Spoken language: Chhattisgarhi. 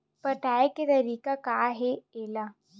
पटाय के तरीका का हे एला?